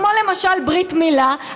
כמו למשל ברית מילה,